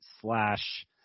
slash